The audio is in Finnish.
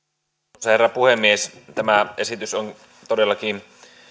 arvoisa herra puhemies tämä esitys on todellakin